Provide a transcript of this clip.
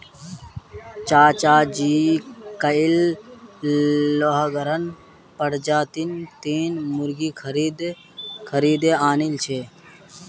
चाचाजी कइल लेगहॉर्न प्रजातीर तीन मुर्गि खरीदे आनिल छ